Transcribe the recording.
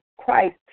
Christ